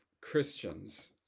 Christians